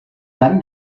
dann